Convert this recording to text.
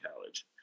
college